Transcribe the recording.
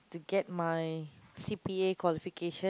to get my C_P_A qualification